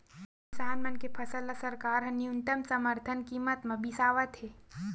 किसान मन के फसल ल सरकार ह न्यूनतम समरथन कीमत म बिसावत हे